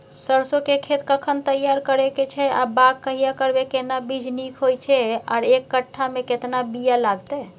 सरसो के खेत कखन तैयार करै के छै आ बाग कहिया करबै, केना बीज नीक होय छै आर एक कट्ठा मे केतना बीया लागतै?